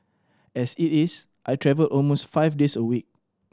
as it is I travel almost five days a week